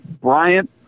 Bryant